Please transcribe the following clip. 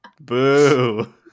Boo